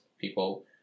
people